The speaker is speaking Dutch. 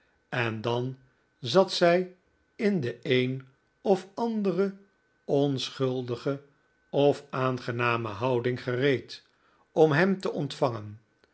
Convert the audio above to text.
en dan zat zij in de een of andere onschuldige of aangename houding gereed om hem te ontvangen